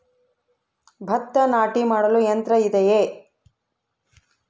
ಭತ್ತ ನಾಟಿ ಮಾಡಲು ಯಂತ್ರ ಇದೆಯೇ?